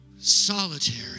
solitary